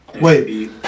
Wait